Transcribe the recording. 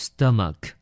Stomach